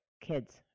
kids